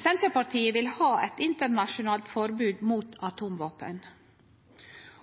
Senterpartiet vil ha eit internasjonalt forbod mot atomvåpen.